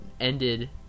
ended